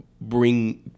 bring